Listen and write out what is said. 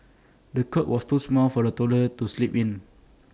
the cot was too small for the toddler to sleep in